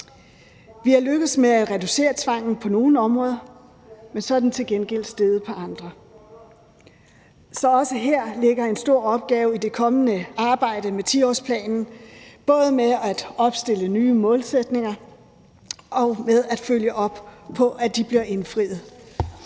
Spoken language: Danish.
Vi er lykkedes med reducere brugen af tvang på nogle områder, men så er den til gengæld steget på andre, så også her ligger der en stor opgave i det kommende arbejde med 10-årsplanen, både med at opstille nye målsætninger og med at følge op på, at de bliver indfriet.